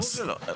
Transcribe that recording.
ברור שלא.